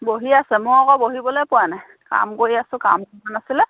বহি আছে মই আকৌ বহিবলৈয়ে পোৱা নাই কাম কৰি আছো কামকেইটামান আছিলে